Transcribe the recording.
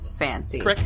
Fancy